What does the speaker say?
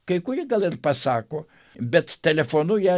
kai kurie gal ir pasako bet telefonu jie